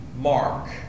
Mark